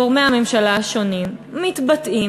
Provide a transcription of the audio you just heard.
גורמי הממשלה השונים מתבטאים,